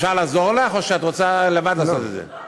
אפשר לעזור לך או שאת רוצה לבד לעשות את זה?